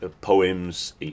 poems